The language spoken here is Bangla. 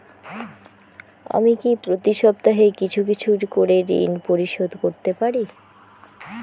আমি কি প্রতি সপ্তাহে কিছু কিছু করে ঋন পরিশোধ করতে পারি?